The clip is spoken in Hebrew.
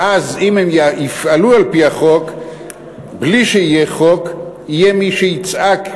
ואז אם הם יפעלו על-פי החוק בלי שיהיה חוק יהיה מי שיצעק: